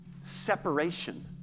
separation